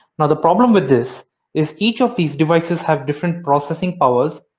now the problem with this is each of these devices have different processing powers,